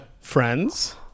friends